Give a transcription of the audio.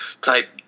type